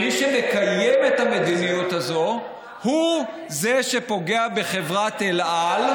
מי שמקיים את המדיניות הזאת הוא זה שפוגע בחברת אל על,